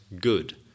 good